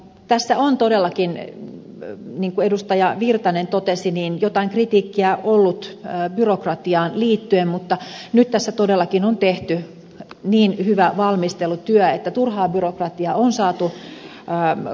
tässä on todellakin niin kuin edustaja virtanen totesi jotain kritiikkiä ollut byrokratiaan liittyen mutta nyt tässä todellakin on tehty niin hyvä valmistelutyö että turhaa byrokratiaa on saatu karsittua